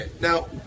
Now